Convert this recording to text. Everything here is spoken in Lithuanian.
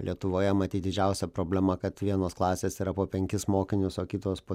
lietuvoje matyt didžiausia problema kad vienos klasės yra po penkis mokinius o kitos po